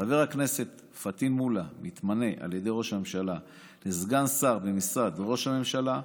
חבר הכנסת פטין מולא מתמנה על ידי ראש הממשלה לסגן שר במשרד ראש הממשלה.